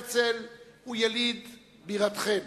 הרצל הוא יליד בירתכם,